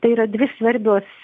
tai yra dvi svarbios